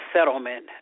settlement